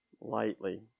lightly